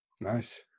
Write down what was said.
Nice